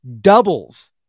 doubles